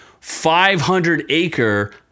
500-acre